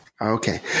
okay